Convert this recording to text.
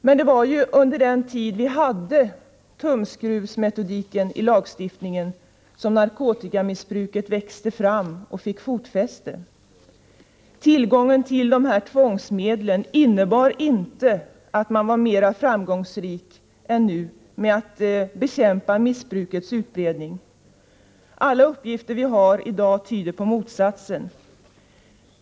Men det var ju under den tid då vi hade tumskruvsmetodiken i lagstiftningen som narkotikamissbruket växte fram och fick fotfäste. Tillgången till de här tvångsmedlen innebar inte att man var mera framgångsrik än nu i att bekämpa missbrukets utbredning. Alla uppgifter vi i dag har tyder på motsatsen.